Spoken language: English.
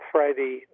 Friday